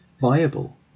viable